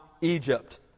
Egypt